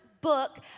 book